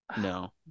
No